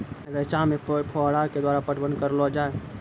रचा मे फोहारा के द्वारा पटवन करऽ लो जाय?